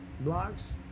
blocks